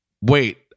wait